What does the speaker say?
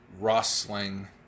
rustling